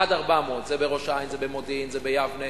עד 400,000. זה בראש-העין, זה במודיעין, זה ביבנה.